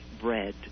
bread